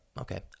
okay